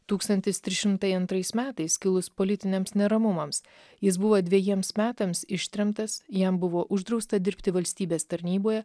tūkstantis trys šimtai antrais metais kilus politiniams neramumams jis buvo dvejiems metams ištremtas jam buvo uždrausta dirbti valstybės tarnyboje